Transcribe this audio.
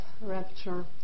rapture